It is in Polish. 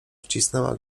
wcisnęła